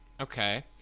Okay